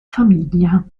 famiglia